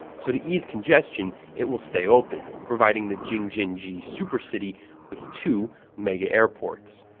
so to ease congestion, it will stay open, providing the jing-jin-ji supercity with two mega-airports.